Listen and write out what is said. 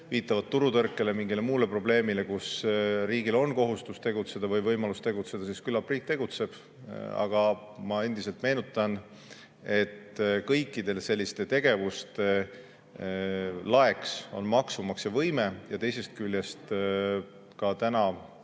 viitavad turutõrkele või mingile muule probleemile, kus riigil on kohustus tegutseda või võimalus tegutseda, siis küllap riik tegutseb. Aga ma endiselt meenutan, et kõikide selliste tegevuste laeks on maksumaksja võime. Ja teisest küljest täna,